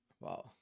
Wow